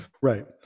Right